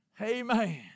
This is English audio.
Amen